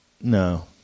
No